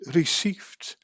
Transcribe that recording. received